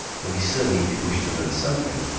though he certainly did wish to learn something.